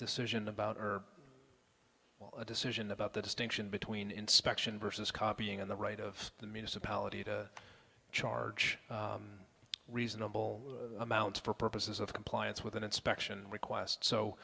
decision about well a decision about the distinction between inspection versus copying and the right of the municipality to charge reasonable amounts for purposes of compliance with an inspection request so